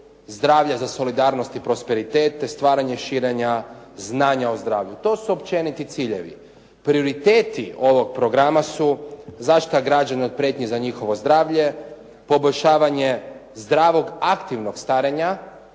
zdravlje za solidarnost i prosperitet, te stvaranje širenja znanja o zdravlju. To su općeniti ciljevi. Prioriteti ovog programa su zaštita građana od prijetnji za njihovo zdravlje, poboljšavanje zdravog aktivnog starenja,